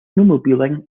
snowmobiling